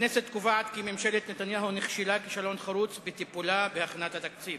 הכנסת קובעת כי ממשלת נתניהו נכשלה כישלון חרוץ בטיפולה בהכנת התקציב.